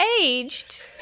aged